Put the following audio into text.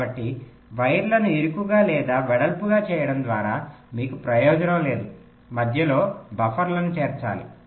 కాబట్టి వైర్లను ఇరుకుగా లేదా వెడల్పుగా చేయడం ద్వారా మీకు ప్రయోజనం లేదు మధ్యలో బఫర్లను చేర్చాలి